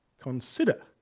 consider